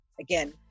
Again